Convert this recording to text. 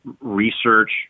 research